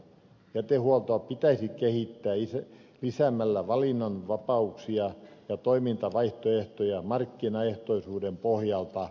jätehuoltoa pitäisi kehittää lisäämällä valinnan vapauksia ja toimintavaihtoehtoja markkinaehtoisen pohjalta